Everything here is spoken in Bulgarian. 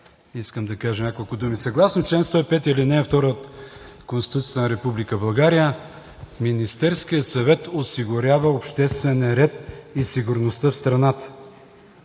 искам да кажа няколко думи. Съгласно чл. 105, ал. 2 от Конституцията на Република България Министерският съвет осигурява обществения ред и сигурността на страната.